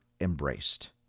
embraced